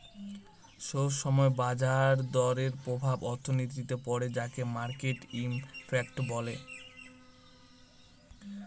সব সময় বাজার দরের প্রভাব অর্থনীতিতে পড়ে যাকে মার্কেট ইমপ্যাক্ট বলে